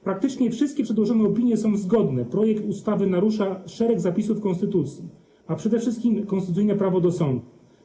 Praktycznie wszystkie przedłożone opinie są zgodne: projekt ustawy narusza szereg zapisów konstytucji, ale przede wszystkim konstytucyjne prawo do sądu.